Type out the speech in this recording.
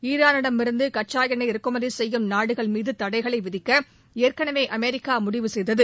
ஈரானிடமிருந்து கச்சா எண்ணெய் இறக்குமதி செய்யும் நாடுகள் மீது தடைகளை விதிக்க ஏற்கனவே அமெரிக்கா முடிவு செய்தது